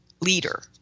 Leader